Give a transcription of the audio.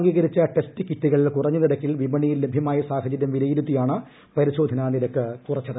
അംഗീകരിച്ച ടെസ്റ്റ് കിറ്റുകൾ കുറഞ്ഞ നിരക്കിൽ വിപണിയിൽ ലഭ്യമായ സാഹചരൃം വിലയിരുത്തിയാണ് പരിശോധനാ നിരക്ക് കുറച്ചത്